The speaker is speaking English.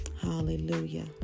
Hallelujah